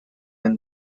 then